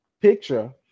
picture